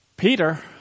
Peter